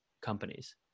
companies